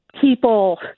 people